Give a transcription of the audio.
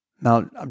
Now